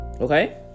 Okay